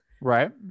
Right